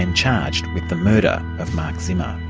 and charged with the murder of mark zimmer.